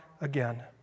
again